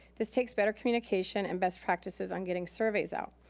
this takes better communication and best practices on getting surveys out.